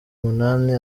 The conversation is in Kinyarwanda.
umunani